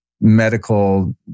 medical